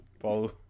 follow